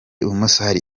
ibumoso